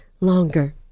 longer